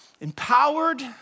empowered